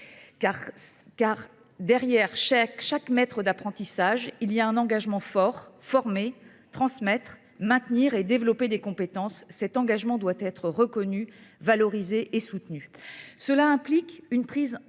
derrière chaque maître d’apprentissage, il y a un engagement fort : former, transmettre, maintenir et développer des compétences. Cet engagement doit être reconnu, valorisé et soutenu. Cela implique une prise en